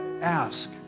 ask